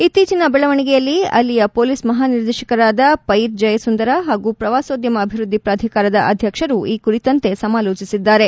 ಇತ್ತೀಚಿನ ಬೆಳವಣಿಗೆಯಲ್ಲಿ ಅಲ್ಲಿಯ ಪೊಲೀಸ್ ಮಹಾನಿರ್ದೇಶಕರಾದ ಜಯಸುಂದರ ಹಾಗೂ ಪ್ರವಾಸೋದ್ಯಮ ಅಭಿವೃದ್ದಿ ಪ್ರಾಧಿಕಾರದ ಅಧ್ಯಕ್ಷರು ಈ ಕುರಿತಂತೆ ಪಯಿತ್ ಸಮಾಲೋಚಿಸಿದ್ದಾರೆ